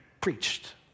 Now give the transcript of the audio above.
preached